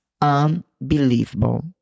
unbelievable